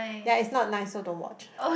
yea it's not nice so don't watch